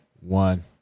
one